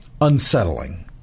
unsettling